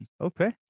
Okay